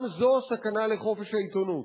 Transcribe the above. גם זו סכנה לחופש העיתונות,